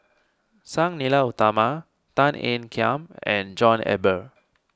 Sang Nila Utama Tan Ean Kiam and John Eber